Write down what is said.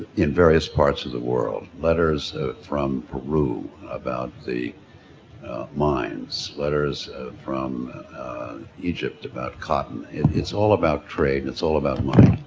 in various parts of the world letters from peru about the mines letters from egypt about cotton. it's all about trade and it's all about money.